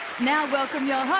now welcome your host,